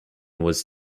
was